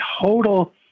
total